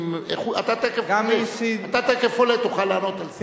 אתה תיכף עולה, תוכל לענות על זה.